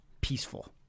peaceful